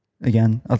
again